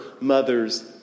mother's